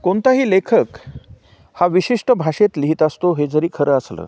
कोणताही लेखक हा विशिष्ट भाषेत लिहीत असतो हे जरी खरं असलं